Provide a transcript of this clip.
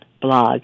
blog